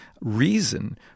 reason